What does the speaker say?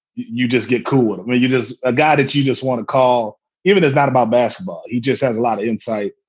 you just get cool. but you just a guy that you just want to call even. it's not about basketball. he just has a lot of insight.